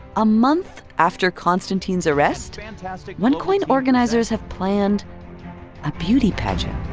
a month after konstantin's arrest, and so onecoin organizers have planned a beauty pageant.